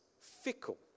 fickle